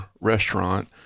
restaurant